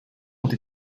ont